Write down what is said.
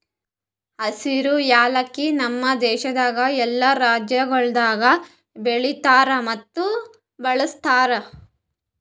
ಹಸಿರು ಯಾಲಕ್ಕಿ ನಮ್ ದೇಶದಾಗ್ ಎಲ್ಲಾ ರಾಜ್ಯಗೊಳ್ದಾಗ್ ಬೆಳಿತಾರ್ ಮತ್ತ ಬಳ್ಸತಾರ್